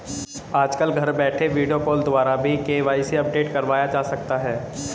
आजकल घर बैठे वीडियो कॉल द्वारा भी के.वाई.सी अपडेट करवाया जा सकता है